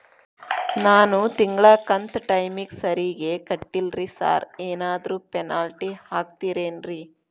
ನಾನು ತಿಂಗ್ಳ ಕಂತ್ ಟೈಮಿಗ್ ಸರಿಗೆ ಕಟ್ಟಿಲ್ರಿ ಸಾರ್ ಏನಾದ್ರು ಪೆನಾಲ್ಟಿ ಹಾಕ್ತಿರೆನ್ರಿ?